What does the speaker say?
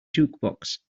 jukebox